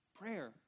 Prayer